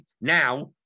now